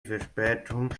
verspätung